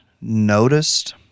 noticed